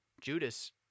Judas